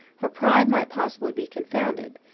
her pride might possibly be confounded,